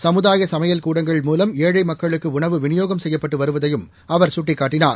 சமுதாயசமையல் கூடங்கள் மூலம் ஏழைமக்களுக்குஉணவு விநியோகம் செய்யப்பட்டுவருவதையும் அவர் சுட்டிக்காட்டினார்